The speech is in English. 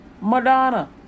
Madonna